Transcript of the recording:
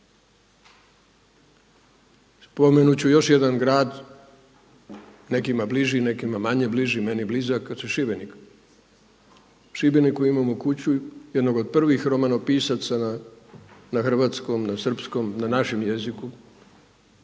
Spomenut ću još jedan grad, nekima bliži, nekima manje blizak Šibenik. U Šibeniku imamo kuću jednog od prvih romanopisaca na hrvatskom, na srpskom, na našem jeziku